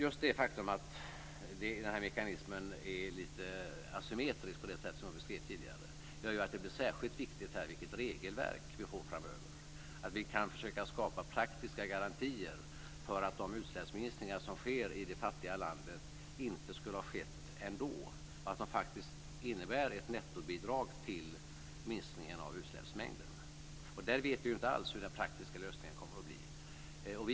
Just det faktum att denna mekanism är lite asymmetrisk på det sätt som jag beskrev tidigare gör att det blir särskilt viktigt vilket regelverk vi får framöver och att vi kan skapa praktiska garantier för att de utsläppsminskningar som sker i det fattiga landet inte skulle ha skett ändå och att de faktiskt innebär ett nettobidrag till minskningen av utsläppsmängden. Där vet vi inte alls hur den praktiska lösningen kommer att bli.